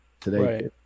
today